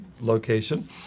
location